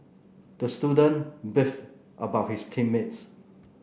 the student beefed about his team mates